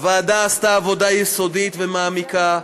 הוועדה עשתה עבודה יסודית ומעמיקה,